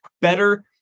better